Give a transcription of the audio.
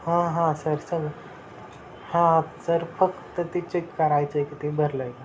हां हां सर सांगू हां सर फक्त ते चेक करायचं आहे की ते भरलं आहे का